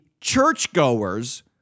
churchgoers